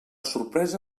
sorpresa